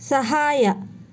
ಸಹಾಯ